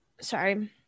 Sorry